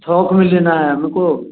थोक में लेना है हमको